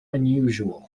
unusual